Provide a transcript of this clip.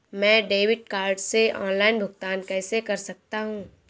मैं debit card से online भुगतान कैसे कर सकता हूँ?